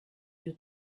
you